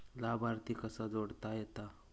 लाभार्थी कसा जोडता येता?